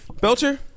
Belcher